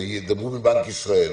ידברו מבנק ישראל.